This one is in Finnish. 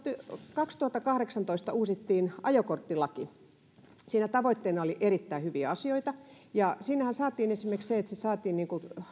kaksituhattakahdeksantoista uusittiin ajokorttilaki ja siinä tavoitteena oli erittäin hyviä asioita siinähän saatiin esimerkiksi se että se saatiin